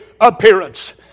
appearance